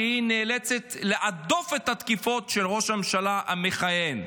שנאלצת להדוף את התקיפות של ראש הממשלה המכהן.